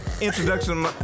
introduction